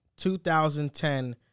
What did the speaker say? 2010